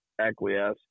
acquiesce